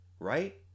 Right